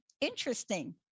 interesting